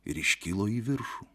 ir iškilo į viršų